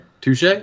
touche